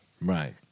Right